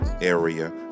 area